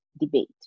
debate